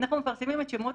אנחנו מפרסמים את שמות